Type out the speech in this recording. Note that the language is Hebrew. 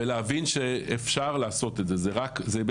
וזה לא